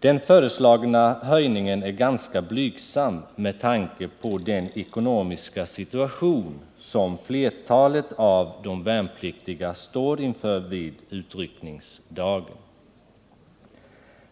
Den föreslagna höjningen är ganska blygsam med tanke på den ekonomiska situation som flertalet av de värnpliktiga står inför vid utryckningsdagen.